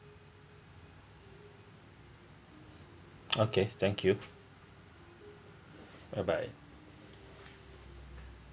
okay thank you bye bye